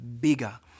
bigger